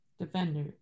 Defender